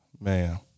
man